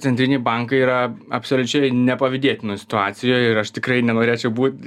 centriniai bankai yra absoliučiai nepavydėtinoj situacijoj ir aš tikrai nenorėčiau būt